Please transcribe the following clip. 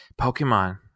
Pokemon